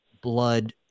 blood